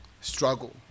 struggle